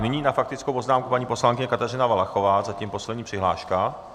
Nyní na faktickou poznámku paní poslankyně Kateřina Valachová, zatím poslední přihláška.